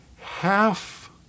half